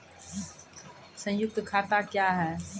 संयुक्त खाता क्या हैं?